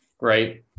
right